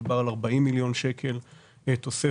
מדובר על 40 מיליון שקלים תוספת,